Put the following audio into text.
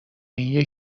این